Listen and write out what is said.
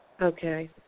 Okay